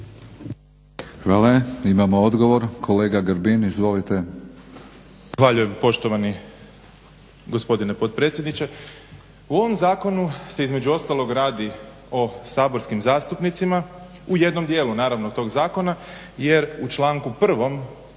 Hvala. Imamo odgovor. Kolega Grbin, izvolite. **Grbin, Peđa (SDP)** Zahvaljujem poštovani gospodine potpredsjedniče. U ovom zakonu se između ostalog radi o saborskim zastupnicima u jednom dijelu naravno tog zakona jer u članku 1.